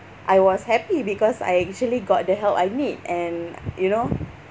I was happy because I actually got the help I need and you know